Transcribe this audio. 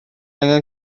angen